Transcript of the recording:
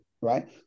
right